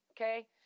okay